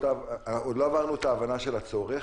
עוד לא עברנו את ההבנה של הצורך,